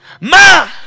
Ma